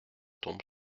tombe